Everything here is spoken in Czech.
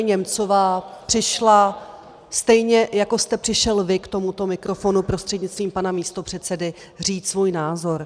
Němcová přišla stejně, jako jste přišel vy k tomuto mikrofonu, prostřednictvím pana místopředsedy, říct svůj názor.